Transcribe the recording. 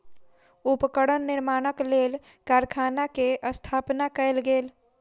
उपकरण निर्माणक लेल कारखाना के स्थापना कयल गेल